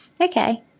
Okay